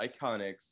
Iconics